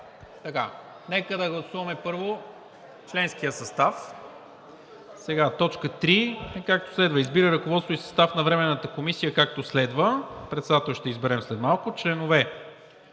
Нека да гласуваме първо членския състав. Точка три е, както следва: „Избира ръководство и състав на Временната комисия, както следва…“. Председател ще изберем след малко. „Членове:…“.